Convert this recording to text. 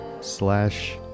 slash